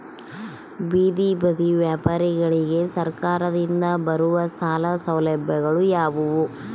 ಬೇದಿ ಬದಿ ವ್ಯಾಪಾರಗಳಿಗೆ ಸರಕಾರದಿಂದ ಬರುವ ಸಾಲ ಸೌಲಭ್ಯಗಳು ಯಾವುವು?